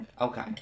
Okay